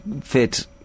fit